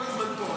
כל הזמן פה,